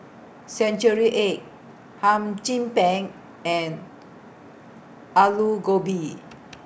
Century Egg Hum Chim Peng and Aloo Gobi